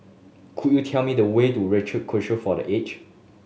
could you tell me the way to Rochor Kongsi for The Age